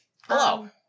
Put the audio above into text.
Hello